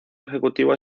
ejecutivo